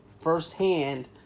firsthand